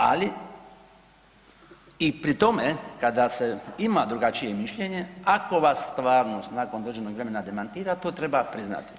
Ali i pri tome kada se ima drugačije mišljenje ako vas stvarnost nakon određenog vremena demantira to treba priznati.